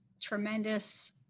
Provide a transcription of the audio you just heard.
tremendous